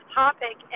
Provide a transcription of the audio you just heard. topic